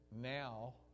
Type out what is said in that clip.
now